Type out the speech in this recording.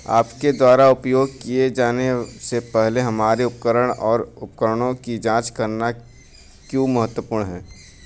आपके द्वारा उपयोग किए जाने से पहले हमारे उपकरण और उपकरणों की जांच करना क्यों महत्वपूर्ण है?